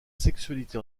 sexualité